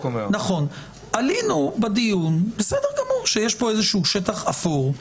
עלינו בדיון שיש פה איזשהו שטח אפור.